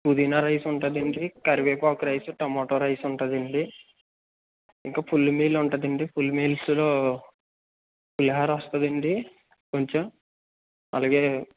పుదీనా రైస్ ఉంటుందండి కరివేపాకు రైస్ టొమాటో రైస్ ఉంటుందండి ఇక ఫుల్ మీల్ ఉంటుందండి ఫుల్ మీల్స్లో పులిహోర వస్తుందండి కొంచెం అలాగే